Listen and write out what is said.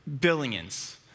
billions